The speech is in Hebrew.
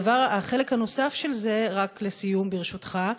החלק הנוסף של זה, לסיום, ברשותך,